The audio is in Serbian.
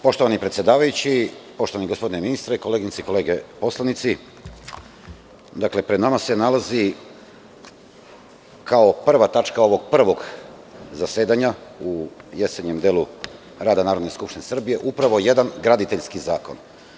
Poštovani predsedavajući, poštovani gospodine ministre, koleginice i kolege poslanici, pred nama se nalazi kao prva tačka ovog Prvog zasedanja u jesenjem delu rada Narodne skupštine Srbije upravo jedan graditeljski zakon.